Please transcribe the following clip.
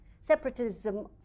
separatism